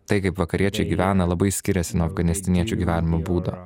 tai kai vakariečiai gyvena labai skiriasi nuo afganistaniečių gyvenimo būdo